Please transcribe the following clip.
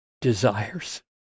desires